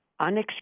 unexcused